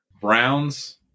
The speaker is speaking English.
Browns